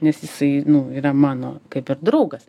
nes jisai nu yra mano kaip ir draugas